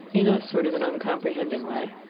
in a sort of an uncomprehending way.